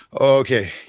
Okay